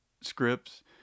scripts